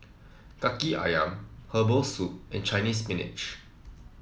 Kaki ayam Herbal Soup and Chinese Spinach